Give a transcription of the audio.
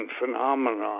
phenomenon